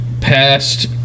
Past